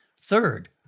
Third